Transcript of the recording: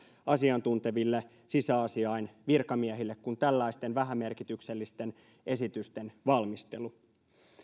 asiantunteville sisäasiain virkamiehille tähdellisempää tekemistä kuin tällaisten vähämerkityksellisten esitysten valmistelu